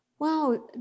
Wow